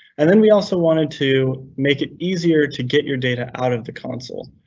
and then we also wanted to make it easier to get your data out of the console.